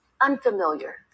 unfamiliar